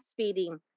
breastfeeding